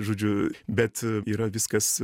žodžiu bet yra viskas